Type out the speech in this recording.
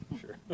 Sure